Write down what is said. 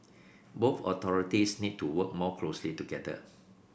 both authorities need to work more closely together